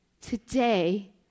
today